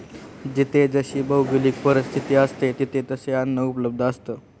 जिथे जशी भौगोलिक परिस्थिती असते, तिथे तसे अन्न उपलब्ध असतं